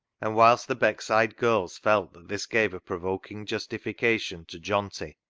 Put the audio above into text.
and whilst the beckside girls felt that this gave a provoking justification to johnty,